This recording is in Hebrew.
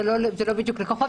זה לא בדיוק "לקוחות".